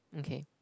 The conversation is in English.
okay